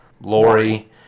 Lori